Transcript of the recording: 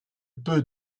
peu